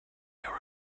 your